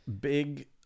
Big